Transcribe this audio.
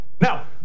Now